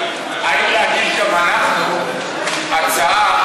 האם להגיש גם אנחנו הצעה,